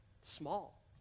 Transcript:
small